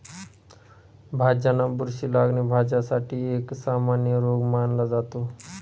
भाज्यांना बुरशी लागणे, भाज्यांसाठी एक सामान्य रोग मानला जातो